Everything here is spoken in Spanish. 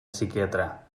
psiquiatra